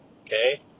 okay